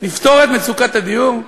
נפתור את מצוקת הדיור?